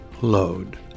load